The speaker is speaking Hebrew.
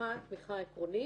התמיכה היא תמיכה עקרונית,